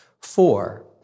Four